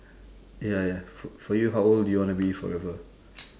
ya ya f~ for you how old do you want to be forever